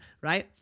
Right